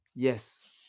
Yes